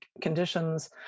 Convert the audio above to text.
conditions